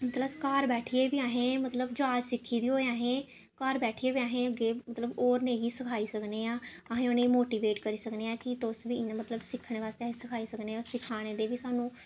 मतलब घार बैठिये बी असें जाच सिक्खी दी होए असें घर बैठिये बी असें अग्गें होर बी सिखाई सकनेआं आहें उ'नेंगी मोटिवेट करी सकनेआं कि तुस बी इ'यां मतलब सिक्खने बास्ते बी सिखाई सकनेआं सिखाने दे बी सानूं